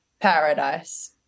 paradise